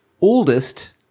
Oldest